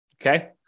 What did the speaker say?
Okay